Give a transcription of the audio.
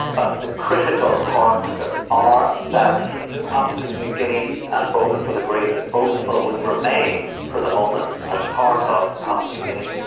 but the critical parts of it are that papua new guinea and bougainville agreed that bougainville would remain for the moment as part of papua ah but new guinea,